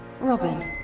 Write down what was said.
Robin